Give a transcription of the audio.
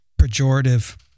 pejorative